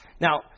Now